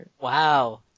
wow